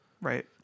right